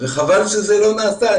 וחבל שזה לא נעשה.